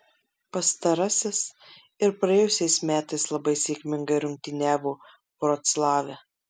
pastarasis ir praėjusiais metais labai sėkmingai rungtyniavo vroclave